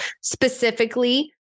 specifically